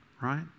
right